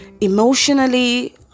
emotionally